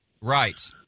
Right